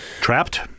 Trapped